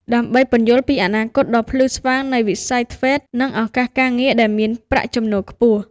ដើម្បីពន្យល់ពីអនាគតដ៏ភ្លឺស្វាងនៃវិស័យ ធ្វេត TVET និងឱកាសការងារដែលមានប្រាក់ចំណូលខ្ពស់។